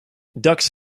ducks